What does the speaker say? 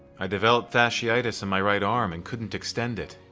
i developed fasciitis in my right arm and couldn't extend it.